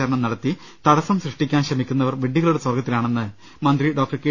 ചാരണം നടത്തി തടസ്സം സൃഷ്ടിക്കാൻ ശ്രമിക്കുന്നവർ വിഡ്ഢികളുടെ സ്വർഗ്ഗത്തി ലാണെന്ന് മന്ത്രി ഡോക്ടർ കെ